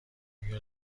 آیا